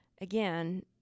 again